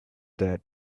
that